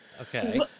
Okay